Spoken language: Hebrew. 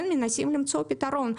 מנסים למצוא פתרון.